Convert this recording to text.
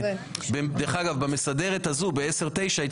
דרך אגב, במסדרת הזו, בעשר-תשע.